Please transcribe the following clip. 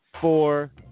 Four